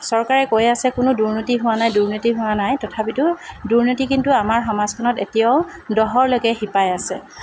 চৰকাৰে কৈ আছে কোনো দুৰ্নীতি হোৱা নাই দুৰ্নীতি হোৱা নাই তথাপিতো দুৰ্নীতি কিন্তু আমাৰ সমাজখনত এতিয়াও দহলৈকে শিপাই আছে